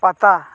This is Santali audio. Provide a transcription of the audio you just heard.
ᱯᱟᱛᱟ